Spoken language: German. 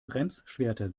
bremsschwerter